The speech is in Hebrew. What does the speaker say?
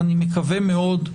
אני מקווה מאוד,